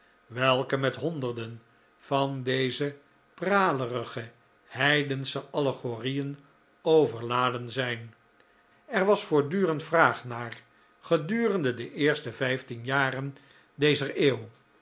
welke met honderden van deze pralerige heidensche allegorieen overladen zijn er was voortdurend vraag naar gedurende de eerste vijftien jaren dezer eeuw